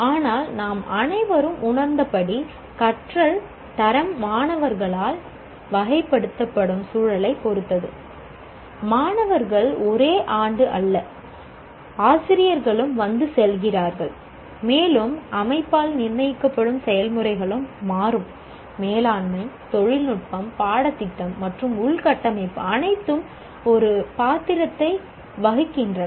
ஆனால் நாம் அனைவரும் உணர்ந்தபடி கற்றல் தரம் மாணவர்களால் வகைப்படுத்தப்படும் சூழலைப் பொறுத்தது மாணவர்கள் ஒரே ஆண்டு அல்ல ஆசிரியர்களும் வந்து செல்கிறார்கள் மேலும் அமைப்பால் நிர்ணயிக்கப்படும் செயல்முறைகளும் மாறும் மேலாண்மை தொழில்நுட்பம் பாடத்திட்டம் மற்றும் உள்கட்டமைப்பு அனைத்தும் ஒரு பாத்திரத்தை வகிக்கின்றன